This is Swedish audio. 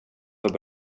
vara